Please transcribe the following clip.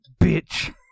bitch